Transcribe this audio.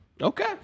Okay